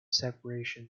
separation